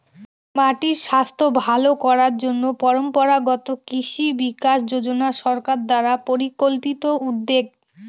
মাটির স্বাস্থ্য ভালো করার জন্য পরম্পরাগত কৃষি বিকাশ যোজনা সরকার দ্বারা পরিকল্পিত উদ্যোগ